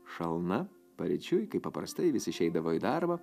šalna paryčiui kaip paprastai vis išeidavo į darbą